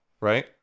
right